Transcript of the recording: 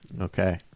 Okay